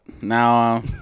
now